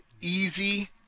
easy